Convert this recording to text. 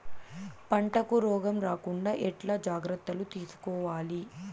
పంటకు రోగం రాకుండా ఎట్లా జాగ్రత్తలు తీసుకోవాలి?